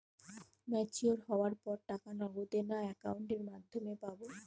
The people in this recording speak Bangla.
ম্যচিওর হওয়ার পর টাকা নগদে না অ্যাকাউন্টের মাধ্যমে পাবো?